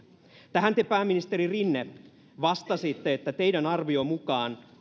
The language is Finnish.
tähän te pääministeri rinne vastasitte että teidän arvionne mukaan